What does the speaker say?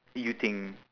you think